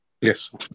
Yes